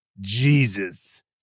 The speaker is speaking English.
Jesus